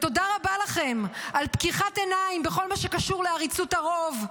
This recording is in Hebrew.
תודה רבה לכם על פקיחת עיניים בכל מה שקשור לעריצות הרוב.